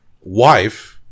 wife